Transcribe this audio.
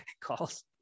calls